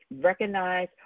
recognize